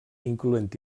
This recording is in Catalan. incloent